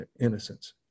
innocence